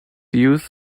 use